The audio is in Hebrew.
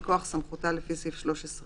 מכוח סמכותה לפי סעיף 13(ב),